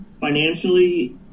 financially